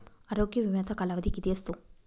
आरोग्य विम्याचा कालावधी किती असतो?